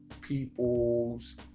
people's